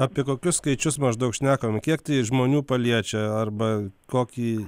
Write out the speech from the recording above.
apie kokius skaičius maždaug šnekame kiek tai žmonių paliečia arba kokį